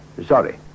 sorry